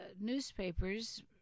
newspapers